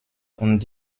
und